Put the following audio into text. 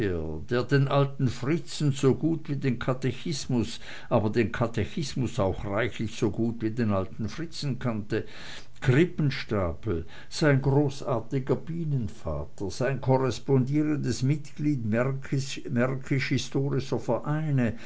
der den alten fritzen so gut wie den katechismus aber den katechismus auch reichlich so gut wie den alten fritzen kannte krippenstapel sein großartiger bienenvater sein korrespondierendes mitglied märkisch historischer vereine